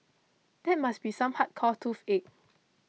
that must be some hardcore toothache